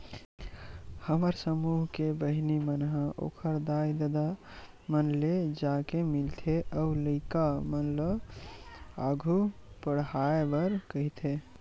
हमर समूह के बहिनी मन ह ओखर दाई ददा मन ले जाके मिलथे अउ लइका मन ल आघु पड़हाय बर कहिथे